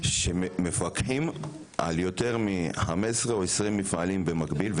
שמפקחים על יותר מ-15 או 20 מפעלים במקביל.